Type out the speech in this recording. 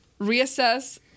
reassess